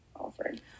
Alfred